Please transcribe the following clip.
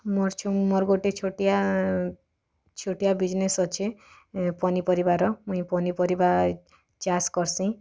ମୋର୍ ଯୋଉ ମୋର୍ ଗୁଟେ ଛୋଟିଆ ଛୋଟିଆ ବିଜନେସ୍ ଅଛେ ପନିପରିବାର ମୁଇଁ ପନିପରିବା ଚାଷ୍ କର୍ସିଁ